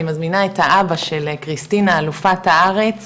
מזמינה את האבא של קריסטינה אלופת הארץ